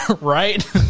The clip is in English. Right